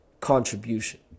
contribution